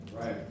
Right